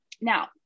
Now